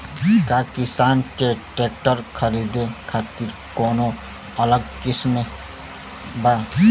का किसान के ट्रैक्टर खरीदे खातिर कौनो अलग स्किम बा?